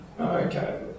Okay